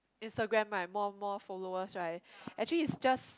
Instagram right more more followers right actually is just